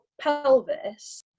pelvis